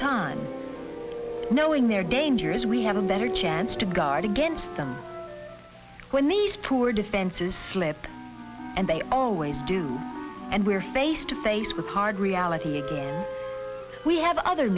time knowing their dangers we have a better chance to guard against them when these poor defenses slip and they always do and we're face to face with hard reality we have other